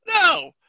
No